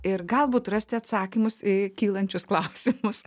ir galbūt rasti atsakymus į kylančius klausimus